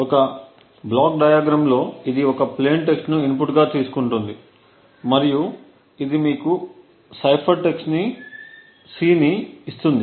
ఒక block diagram లో ఇది ఒక ప్లేయిన్ టెక్స్ట్ను ఇన్పుట్గా తీసుకుంటుంది మరియు ఇది మీకు సైఫర్ టెక్స్ట్ C ని ఇస్తుంది